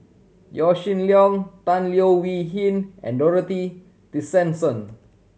Yaw Shin Leong Tan Leo Wee Hin and Dorothy Tessensohn